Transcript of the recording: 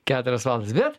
keturias valandas bet